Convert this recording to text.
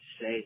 say